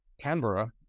Canberra